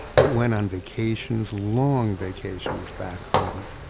it went on vacations, long vacations back home,